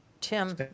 Tim